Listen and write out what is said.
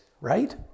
right